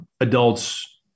adults